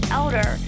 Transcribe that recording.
elder